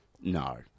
no